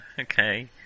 Okay